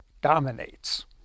dominates